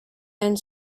and